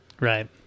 Right